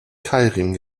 keilriemen